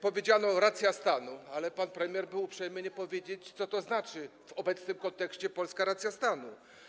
Powiedziano: racja stanu, ale pan premier nie był uprzejmy powiedzieć, co znaczy w obecnym kontekście polska racja stanu.